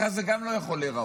גם לך זה לא יכול להיראות.